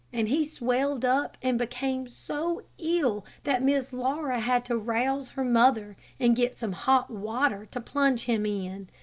and he swelled up and became so ill that miss laura had to rouse her mother and get some hot water to plunge him in.